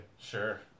Sure